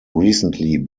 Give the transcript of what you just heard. recently